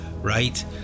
right